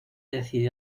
decide